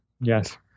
Yes